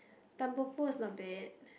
Tanpopo is not bad